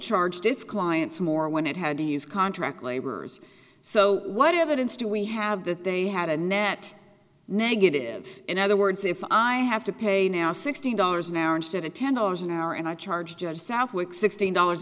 charged its clients more when it had these contract laborers so what evidence do we have that they had a net negative in other words if i have to pay now sixty dollars an hour instead of ten dollars an hour and i charge judge southwick sixteen dollars